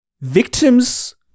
Victims